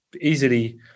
easily